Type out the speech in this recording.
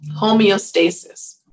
homeostasis